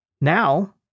now